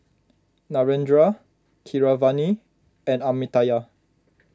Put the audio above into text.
Narendra Keeravani and Amartya